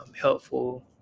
helpful